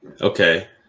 Okay